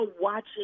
watching